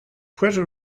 puerto